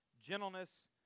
gentleness